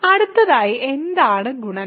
അടുത്തതായി എന്താണ് ഗുണനം